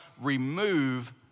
remove